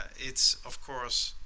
it's, of course,